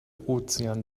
ozean